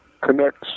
connects